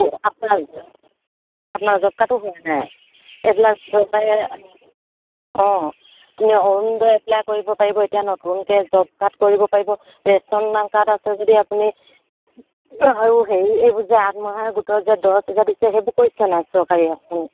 আপোনাৰ আপোনাৰ জব কাৰ্ডো হোৱা নাই এইবিলাক চৰকাৰে অঁ আপুনি অৰুণোদয় এপ্লাই কৰিব পাৰিব এতিয়া নতুনকৈ জব কাৰ্ড কৰিব পাৰিব ৰেচন কাৰ্ড আছে যদি আপুনি আৰু হেৰি এইবোৰ যে আঠমহীয়া গোটৰ যে দছ হেজাৰ দিছে সেইবোৰ কৰিছেনে চৰকাৰী আঁচনি